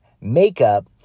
makeup